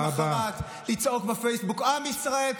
ויום למוחרת לצעוק בפייסבוק: עם ישראל,